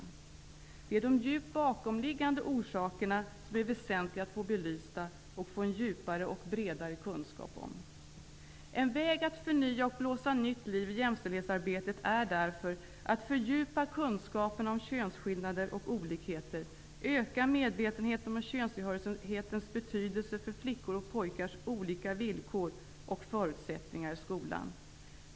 Det väsentliga är att de djupt bakomliggande orsakerna blir belysta och att vi får en djupare och bredare kunskap om dem. En väg att förnya och blåsa nytt liv i jämställdhetsarbetet är därför att fördjupa kunskaperna om skillnaderna mellan könen och att öka medvetenheten om könstillhörighetens betydelse för flickors och pojkars villkor och förutsättningar i skolan.